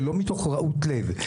ולא מתוך רוע לב.